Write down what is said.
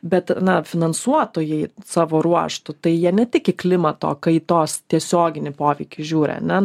bet na finansuotojai savo ruožtu tai jie ne tik į klimato kaitos tiesioginį poveikį žiūri ane